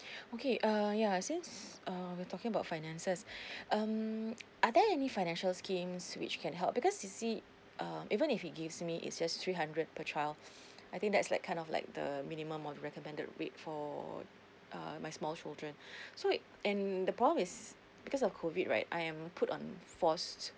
okay uh ya since um we're talking about finances um are there any financial schemes which can help because you see um even if he gives me it's just three hundred per child I think that's like kind of like the minimum of the recommended rate for uh my small children so and the problem is because of COVID right I am put on forced